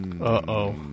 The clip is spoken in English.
Uh-oh